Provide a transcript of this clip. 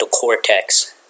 cortex